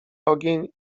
ogień